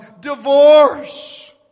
divorce